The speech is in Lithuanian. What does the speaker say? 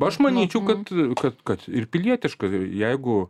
aš manyčiau kad kad kad ir pilietiška jeigu